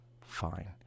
Fine